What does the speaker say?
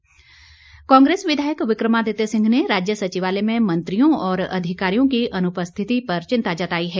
विक्रमादित्य सिंह कांग्रेस विधायक विक्रमादित्य सिंह ने राज्य सचिवालय में मंत्रियों और अधिकारियों की अनुपस्थिति पर चिंता जताई है